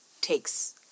takes